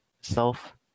self